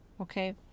Okay